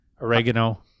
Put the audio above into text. oregano